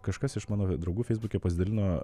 kažkas iš mano draugų feisbuke pasidalino